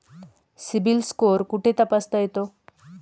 CIBIL score कुठे तपासता येतो?